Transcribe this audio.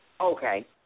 Okay